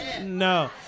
No